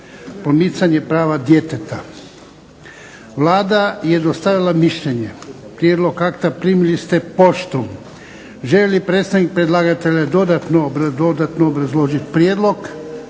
promicanje prava djeteta Vlada je dostavila mišljenje. Prijedlog akta primili ste poštom. Želi li predstavnik predlagatelja dodatno obrazložiti prijedlog?